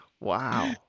wow